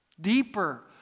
deeper